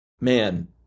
man